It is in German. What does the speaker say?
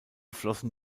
flossen